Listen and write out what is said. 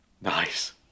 Nice